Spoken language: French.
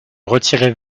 retirez